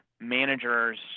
managers